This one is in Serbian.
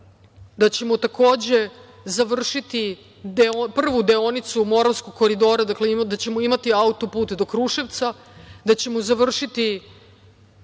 da ćemo, takođe, završiti prvu deonicu Moravskog koridora, dakle da ćemo imati autoput do Kruševca, da ćemo završiti